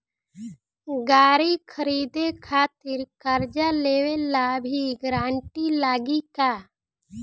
गाड़ी खरीदे खातिर कर्जा लेवे ला भी गारंटी लागी का?